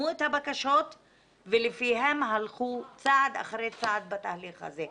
את הבקשות ולפיהן הלכו צעד אחרי צעד בתהליך הזה.